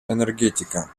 энергетика